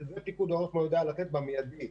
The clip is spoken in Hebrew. זה פיקוד העורף יודע לתת במיידי.